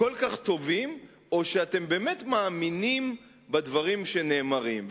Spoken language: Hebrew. כל כך טובים או שאתם באמת מאמינים בדברים שנאמרים.